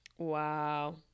Wow